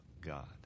God